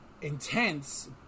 intense